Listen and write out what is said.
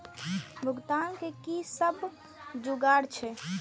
भुगतान के कि सब जुगार छे?